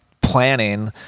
planning